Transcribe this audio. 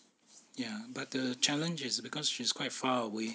ya but the challenge is because she's quite far away